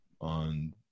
on